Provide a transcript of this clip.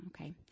Okay